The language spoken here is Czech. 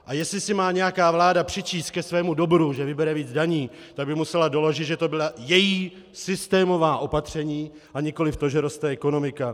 A jestli si má nějaká vláda přičíst ke svému dobru, že vybere víc daní, tak by musela doložit, že to byla její systémová opatření a nikoliv to, že roste ekonomika.